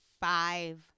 five